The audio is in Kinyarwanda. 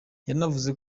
yanavuze